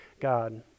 God